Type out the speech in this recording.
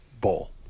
Bowl